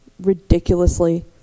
ridiculously